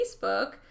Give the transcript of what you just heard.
Facebook